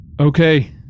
Okay